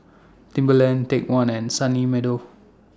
Timberland Take one and Sunny Meadow